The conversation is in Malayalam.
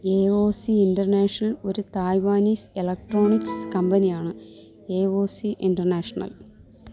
ഏ ഓ സി ഇന്റർനാഷണൽ ഒരു തായ്വാനീസ് എലക്ട്രോണിക്സ് കമ്പനിയാണ് ഏ ഓ സി ഇന്റർനാഷണൽ